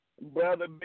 Brother